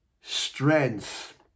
strength